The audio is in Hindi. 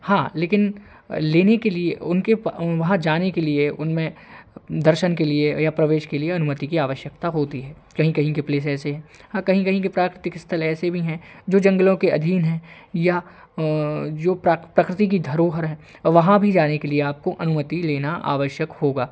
हाँ लेकिन लेने के लिए उनके प वहाँ जाने के लिए उनमें दर्शन के लिए या प्रवेश के लिए अनुमति की आवश्यकता होती है कहीं कहीं के प्लेस ऐसे हैं हाँ कहीं के प्राकृतिक स्थल ऐसे भी हैं जो जंगलों के अधीन हैं या जो प्राक प्राकृतिक के धरोहर हैं और वहाँ भी जाने के लिए आपको अनुमति लेना आवश्यक होगा